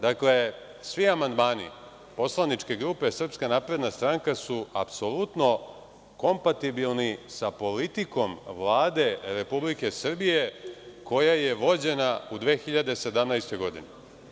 Dakle, svi amandmani poslaničke grupe SNS su apsolutno kompatibilni sa politikom Vlade Republike Srbije koja je vođena u 2017. godini.